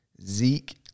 Zeke